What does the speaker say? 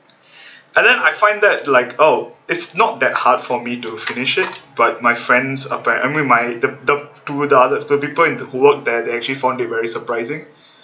and then I find that like oh it's not that hard for me to finish it but my friends are ap~ I mean my the to the others the people who work there actually found it very surprising